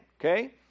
Okay